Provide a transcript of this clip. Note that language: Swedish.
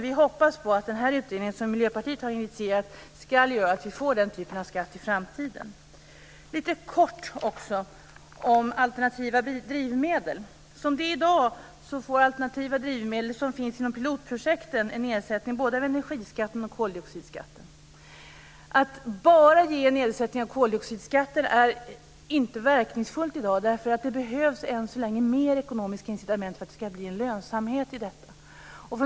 Vi hoppas på att denna utredning som Miljöpartiet har initierat ska göra att vi får den typen av skatt i framtiden. Jag vill säga något kort om alternativa drivmedel. Som det är i dag får alternativa drivmedel som finns inom pilotprojekten en nedsättning av både energiskatten och koldioxidskatten. Att ge en nedsättning bara av koldioxidskatten är inte verkningsfullt i dag, för det behövs än så länge mer ekonomiska incitament för att det ska bli en lönsamhet i detta.